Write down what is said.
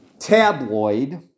Tabloid